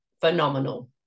phenomenal